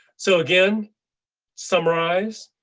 so again summarize,